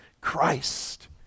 Christ